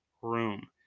room